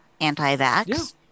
anti-vax